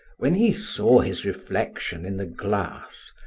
when he saw his reflection in the glass,